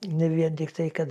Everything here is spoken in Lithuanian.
ne vien tiktai kad